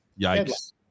Yikes